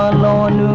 no. one